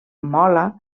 mola